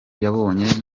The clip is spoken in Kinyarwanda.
yabonye